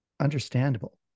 understandable